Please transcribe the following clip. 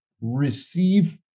receive